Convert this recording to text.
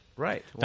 Right